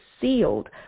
sealed